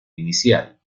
inicial